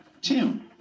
Tim